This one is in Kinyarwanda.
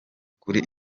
kuri